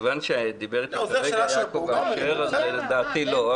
כיוון שדיבר איתי כרגע יעקב אשר, אז לדעתי לא.